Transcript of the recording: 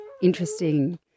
interesting